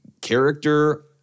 character